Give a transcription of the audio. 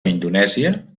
indonèsia